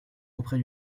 auprès